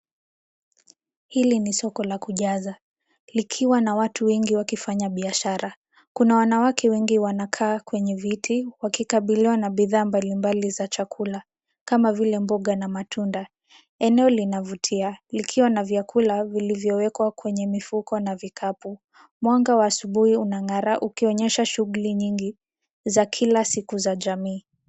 Hili ni soko la kujaza, likiwa na watu wengi wakifanya biashara. Kuna wanawake wengi wanakaa kwenye viti wakikabiliwa na bidhaa mbalimbali za chakula, kama vile mboga na matunda. Eneo linavutia likiwa na vyakula vilivyowekwa kwenye mifuko na vikapu. Mwanga wa asubuhi unang'ara ukionyesha shughuli nyingi za kila siku za jamii.